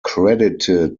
credited